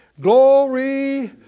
Glory